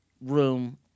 room